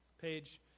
page